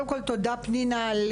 קודם כול, תודה, פנינה.